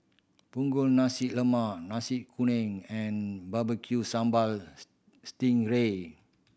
Punggol Nasi Lemak Nasi Kuning and Barbecue Sambal sting ray